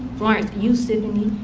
florence youth symphony,